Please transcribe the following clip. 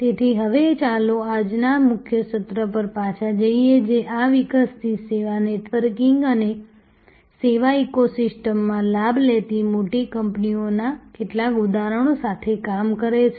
તેથી હવે ચાલો આજના મુખ્ય સત્ર પર પાછા જઈએ જે આ વિકસતી સેવા નેટવર્કિંગ અને સેવા ઇકોસિસ્ટમનો લાભ લેતી મોટી કંપનીઓના કેટલાક ઉદાહરણો સાથે કામ કરે છે